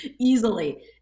Easily